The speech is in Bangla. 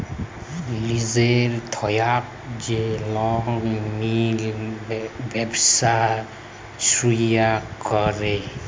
লিজের থ্যাইকে যে লক মিলে ব্যবছা ছুরু ক্যরে